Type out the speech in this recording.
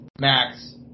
Max